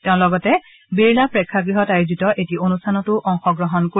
তেওঁ লগতে বিৰলা প্ৰেক্ষাগৃহত আয়োজিত এটা অনুষ্ঠানতো অংশগ্ৰহণ কৰিব